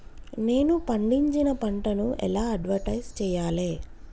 నేను పండించిన పంటను ఎలా అడ్వటైస్ చెయ్యాలే?